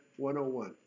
101